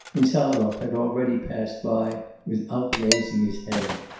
insarov had already passed by without raising his head.